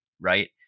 Right